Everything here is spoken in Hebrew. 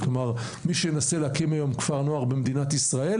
כלומר, מי שינסה להקים היום כפר נוער במדינת ישראל